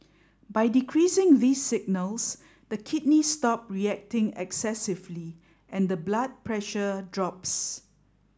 by decreasing these signals the kidneys stop reacting excessively and the blood pressure drops